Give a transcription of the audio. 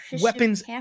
weapons